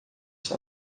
está